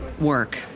work